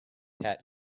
hat